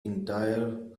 entire